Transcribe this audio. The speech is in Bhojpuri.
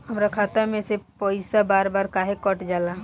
हमरा खाता में से पइसा बार बार काहे कट जाला?